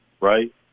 right